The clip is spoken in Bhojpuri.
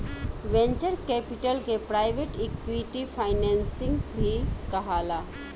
वेंचर कैपिटल के प्राइवेट इक्विटी फाइनेंसिंग भी कहाला